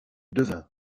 devint